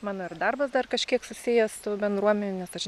mano ir darbas dar kažkiek susijęs su bendruomene nes aš